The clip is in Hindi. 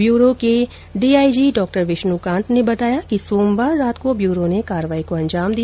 ब्यूरो के डीआईजी डॉ विष्णुकांत ने बताया कि सोमवार रात को ब्यूरो ने कार्रवाई को अंजाम दिया